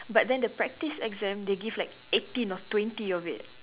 but then the practice exam they give like eighteen or twenty of it